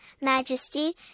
majesty